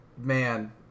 Man